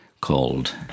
called